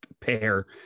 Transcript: pair